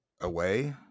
away